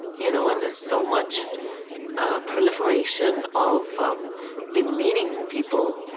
you know and there's so much proliferation of demeaning people.